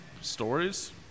Stories